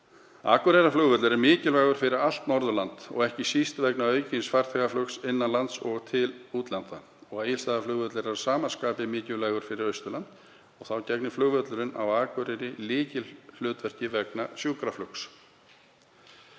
Akureyrarflugvöllur er mikilvægur fyrir allt Norðurland, ekki síst vegna aukins farþegaflugs innan lands og til útlanda, og Egilsstaðaflugvöllur er að sama skapi mikilvægur fyrir Austurland. Þá gegnir flugvöllurinn á Akureyri lykilhlutverki vegna sjúkraflugs.